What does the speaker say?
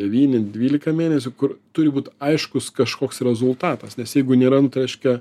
devyni dvylika mėnesių kur turi būt aiškus kažkoks rezultatas nes jeigu nėra nu tai reiškia